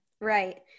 Right